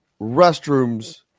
restrooms